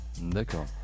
D'accord